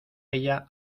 ella